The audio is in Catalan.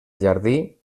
jardí